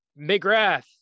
McGrath